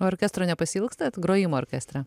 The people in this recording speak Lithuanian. orkestro nepasiilgstat grojimo orkestre